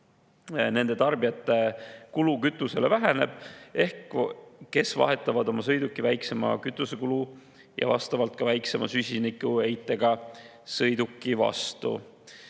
Nendel tarbijatel, kes vahetavad oma sõiduki väiksema kütusekulu ja vastavalt ka väiksema süsinikuheitega sõiduki vastu,